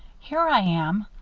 here i am,